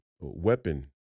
weapon